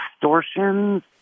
distortions